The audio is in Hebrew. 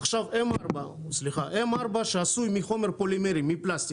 עכשיו, M4 שעשוי מחומר פולימרי, מפלסטיק,